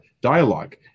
dialogue